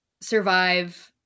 survive